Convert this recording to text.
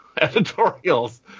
editorials